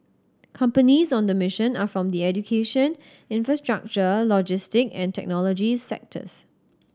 companies on the mission are from the education infrastructure logistic and technology sectors